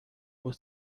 por